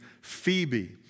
Phoebe